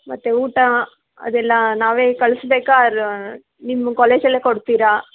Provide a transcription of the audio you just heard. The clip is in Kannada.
ಮತ್ತೆ ಊಟ ಅದೆಲ್ಲ ನಾವೇ ಕಳಿಸಬೇಕಾ ಆರ ನಿಮ್ಮ ಕಾಲೇಜಲ್ಲೇ ಕೊಡ್ತೀರಾ